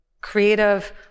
creative